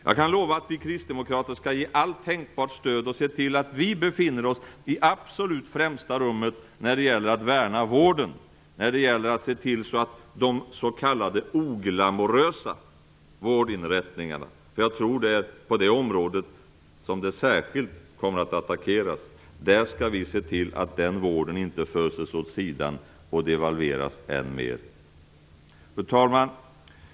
Jag kan lova att vi kristdemokrater skall ge allt tänkbart stöd och se till att vi befinner oss i absolut främsta rummet när det gäller att värna vården, när det gäller att se till att den s.k. oglamorösa vården - för jag tror att det är det området som skärskilt kommer att attackeras - inte föses åt sidan och devalveras än mer. Fru talman!